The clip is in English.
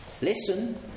Listen